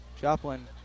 Joplin